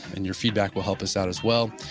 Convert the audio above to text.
and your feedback will help us out as well.